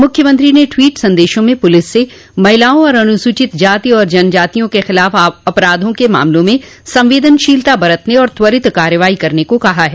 मुख्यमंत्री ने ट्वीट संदेशों में पुलिस से महिलाओं और अनुसूचित जाति तथा अनुसूचित जनजातियों के खिलाफ अपराधों के मामलों में संवेदनशीलता बरतने और त्वरित कार्रवाई करने को कहा है